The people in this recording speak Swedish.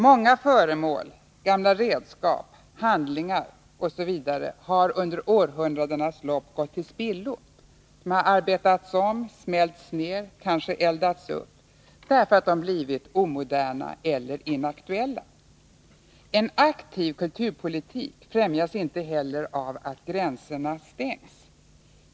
Många föremål, gamla redskap, handlingar osv. har under århundradenas lopp gått till spillo — arbetats om, smälts ned eller kanske eldats upp därför att de blivit omoderna eller inaktuella. En aktiv kulturpolitik främjas inte heller av att gränserna stängs.